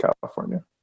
California